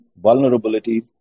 vulnerability